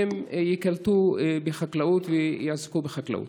הם ייקלטו בחקלאות ויעסקו בחקלאות.